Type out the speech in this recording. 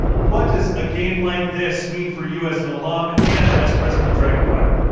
what does a game like this mean for you as an alum and as president of dragon fire?